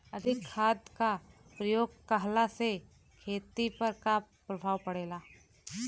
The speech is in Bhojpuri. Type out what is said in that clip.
अधिक खाद क प्रयोग कहला से खेती पर का प्रभाव पड़ेला?